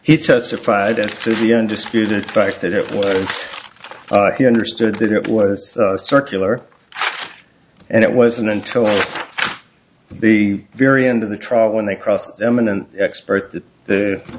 he testified as to the undisputed fact that it was he understood that it was circular and it wasn't until the very end of the trial when they crossed eminent expert that th